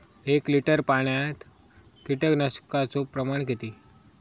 एक लिटर पाणयात कीटकनाशकाचो प्रमाण किती?